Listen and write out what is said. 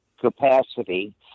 capacity